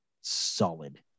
solid